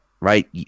Right